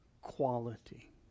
quality